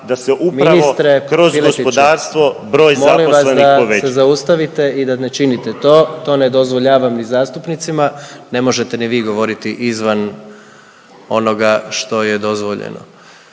Piletiću./… kroz gospodarstvo broj zaposlenih poveća.